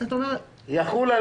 יחול על